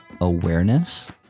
awareness